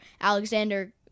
Alexander